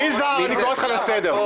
יזהר, אני קורא אותך לסדר.